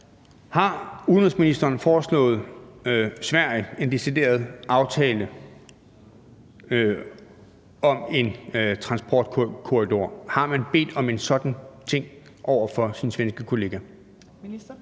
Har udenrigsministeren foreslået Sverige en decideret aftale om en transportkorridor? Har man bedt sin svenske kollega